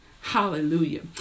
Hallelujah